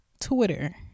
Twitter